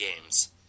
games